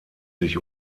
sich